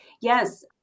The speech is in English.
Yes